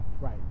Right